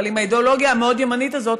אבל עם האידיאולוגיה המאוד-ימנית הזאת